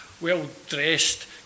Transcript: well-dressed